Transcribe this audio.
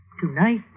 Tonight